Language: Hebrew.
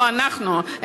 לא אנחנו,